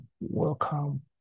Welcome